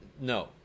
No